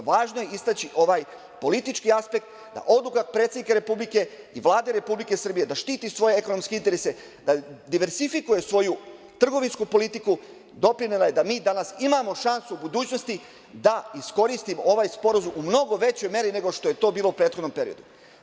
Važno je istaći ovaj politički aspekt da odu kod predsednika Republike i Vlade Republike Srbije da štiti svoje ekonomske interese, da diversikuje svoju trgovinsku politiku, doprinela je da mi danas imamo šansu u budućnosti da iskoristimo ovaj sporazum u mnogo većoj meri nego što je to bilo u prethodnom periodu.